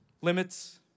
limits